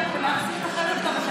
מלחכות.